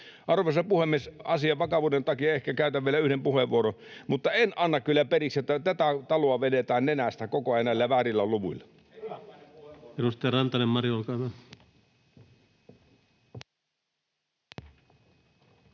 Arvoisa puhemies! Asian vakavuuden takia ehkä käytän vielä yhden puheenvuoron, mutta en anna kyllä periksi, että tätä taloa vedetään nenästä koko ajan näillä väärillä luvuilla.